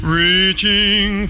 reaching